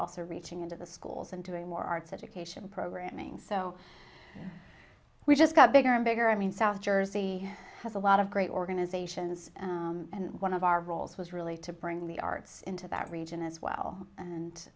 also reaching into the schools and doing more arts education programming so we just got bigger and bigger i mean south jersey has a lot of great organizations and one of our roles was really to bring the arts into that region as well